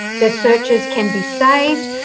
their searches can be saved.